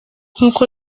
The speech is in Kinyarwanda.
nkuko